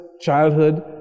childhood